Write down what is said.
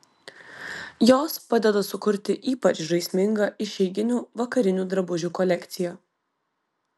jos padeda sukurti ypač žaismingą išeiginių vakarinių drabužių kolekciją